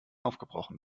aufgebrochen